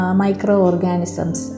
microorganisms